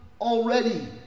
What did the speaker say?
already